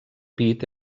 pit